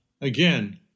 Again